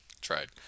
Tried